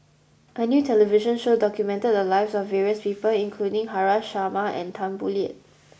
a new television show documented the lives of various people including Haresh Sharma and Tan Boo Liat